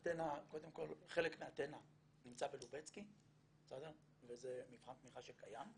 קודם כל חלק מאתנה נמצא בלובצקי וזה מבחן תמיכה שקיים.